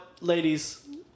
ladies